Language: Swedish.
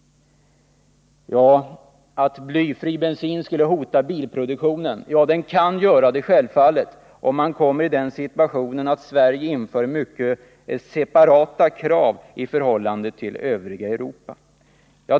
Kan blyfri bensin hota bilproduktionen? Ja, den kan självfallet göra det om Sverige inför separata krav i förhållande till övriga Europa.